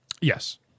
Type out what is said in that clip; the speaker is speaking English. Yes